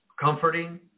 comforting